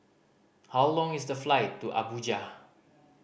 how long is the flight to Abuja